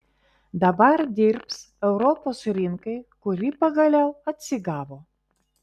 dabar dirbs europos rinkai kuri pagaliau atsigavo